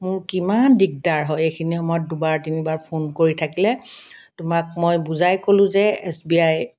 মোৰ কিমান দিগদাৰ হয় এইখিনি সময়ত দুবাৰ তিনিবাৰ ফোন কৰি থাকিলে তোমাক মই বুজাই ক'লোঁ যে এছ বি আই